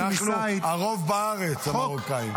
אנחנו הרוב בארץ, המרוקאים.